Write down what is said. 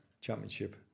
championship